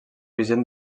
vigent